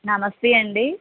నమస్తే అండీ